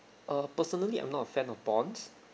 uh personally I'm not a fan of bonds